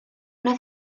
una